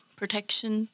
protection